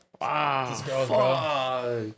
Wow